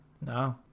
No